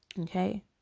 Okay